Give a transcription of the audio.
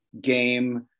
game